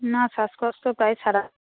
না শ্বাসকষ্ট প্রায় সারা